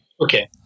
Okay